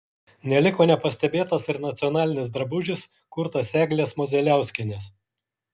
neliko nepastebėtas ir nacionalinis drabužis kurtas eglės modzeliauskienės